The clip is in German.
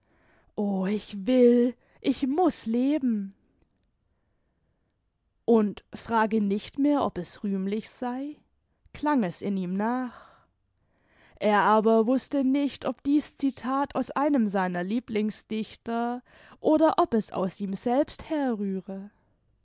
o ich will ich muß leben und frage nicht mehr ob es rühmlich sei klang es in ihm nach er aber wußte nicht ob dieß citat aus einem seiner lieblingsdichter oder ob es aus ihm selbst herrühre